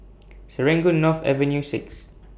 Serangoon North Avenue six